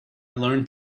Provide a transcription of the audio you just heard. learn